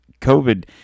COVID